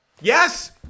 Yes